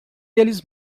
eles